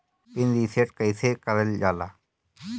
Pin reset कईसे करल जाला?